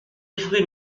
ivry